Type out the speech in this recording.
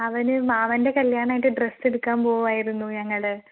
അവന് മാമൻ്റെ കല്യാണമായിട്ട് ഡ്രസ്സ് എടുക്കാൻ പോവുകയായിരുന്നു ഞങ്ങൾ